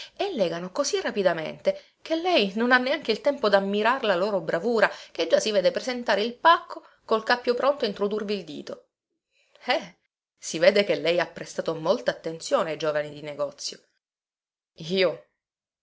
e legano così rapidamente che lei non ha neanche il tempo dammirar la loro bravura che già si vede presentare il pacco col cappio pronto a introdurvi il dito eh si vede che lei ha prestato molta attenzione ai giovani di negozio io